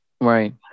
Right